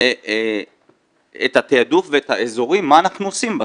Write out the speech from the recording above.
את התעדוף ואת האזורים מה אנחנו עושים בסוף.